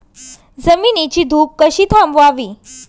जमिनीची धूप कशी थांबवावी?